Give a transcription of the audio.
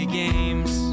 games